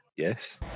Yes